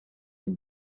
have